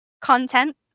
content